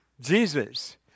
Jesus